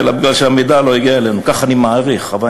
אלא מכיוון שהמידע לא הגיע אלינו,